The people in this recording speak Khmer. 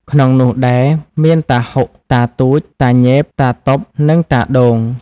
ក្នុងនោះដែរមាន តាហ៊ុក តាទូច តាញេប តាតុប និងតាដូង។